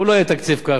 הוא לא יהיה תקציב קל,